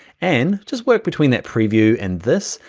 and just work between that preview and this,